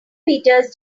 peters